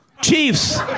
Chiefs